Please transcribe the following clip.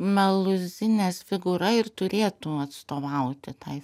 meluzinės figūra ir turėtų atstovauti tai